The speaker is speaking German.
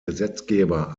gesetzgeber